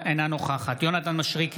אינה נוכחת יונתן מישרקי,